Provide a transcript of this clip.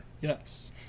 Yes